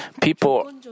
People